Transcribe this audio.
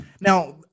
now